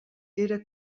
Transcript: era